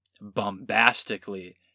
bombastically